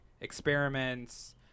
experiments